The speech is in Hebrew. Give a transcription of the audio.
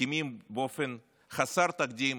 מקימים באופן חסר תקדים